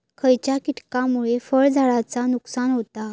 खयच्या किटकांमुळे फळझाडांचा नुकसान होता?